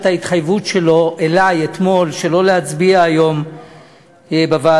ההתחייבות שלו לי אתמול שלא להצביע היום בוועדה,